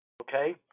Okay